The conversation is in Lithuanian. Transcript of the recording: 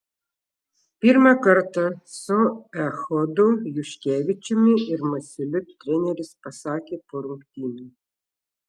pirmą kartą su echodu juškevičiumi ir masiuliu treneris pasakė po rungtynių